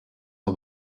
are